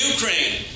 Ukraine